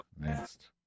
Next